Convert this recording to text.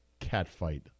catfight